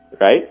right